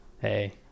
Hey